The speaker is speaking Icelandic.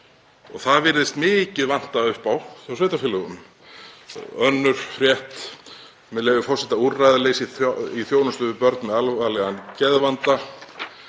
Það virðist mikið vanta upp á hjá sveitarfélögunum. Önnur frétt, með leyfi forseta: „Úrræðaleysi í þjónustu við börn með alvarlegan geðvanda.“